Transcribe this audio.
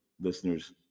listeners